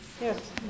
Yes